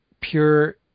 pure